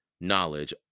knowledge